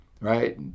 right